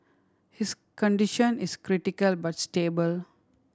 his condition is critical but stable